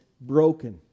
broken